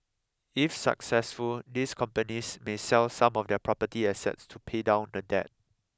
if successful these companies may sell some of their property assets to pay down the debt